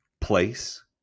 place